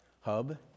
Hub